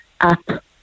app